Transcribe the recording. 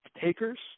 takers